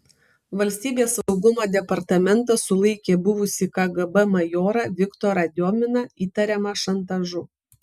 valstybės saugumo departamentas sulaikė buvusį kgb majorą viktorą diominą įtariamą šantažu